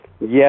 yes